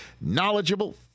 knowledgeable